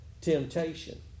temptation